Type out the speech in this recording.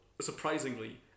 surprisingly